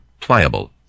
Pliable